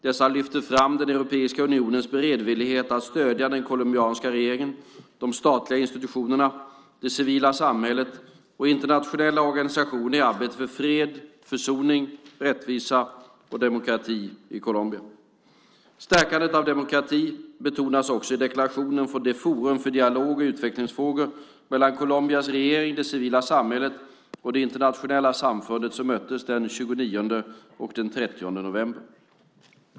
Dessa lyfter fram EU:s beredvillighet att stödja den colombianska regeringen, de statliga institutionerna, det civila samhället och internationella organisationer i arbetet för fred, försoning, rättvisa och demokrati i Colombia. Stärkandet av demokrati betonas också i deklarationen från det forum för dialog och utvecklingsfrågor mellan Colombias regering, det civila samhället och det internationella samfundet som möttes den 29 och 30 november.